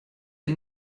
est